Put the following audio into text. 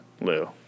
Lou